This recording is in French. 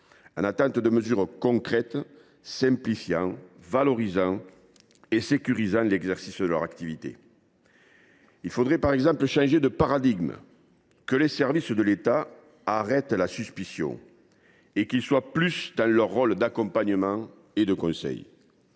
en attente de mesures concrètes simplifiant, valorisant et sécurisant l’exercice de leur activité. Il faudrait par exemple changer de paradigme, et faire en sorte que les services de l’État mettent fin à la suspicion, qu’ils soient davantage dans leur rôle d’accompagnement et de conseil.